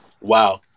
Wow